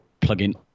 plugin